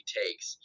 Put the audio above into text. takes